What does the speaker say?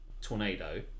Tornado